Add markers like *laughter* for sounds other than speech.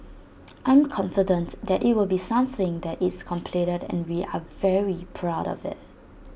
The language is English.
*noise* I'm confident that IT will be something that it's completed and we are very proud of IT